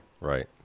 right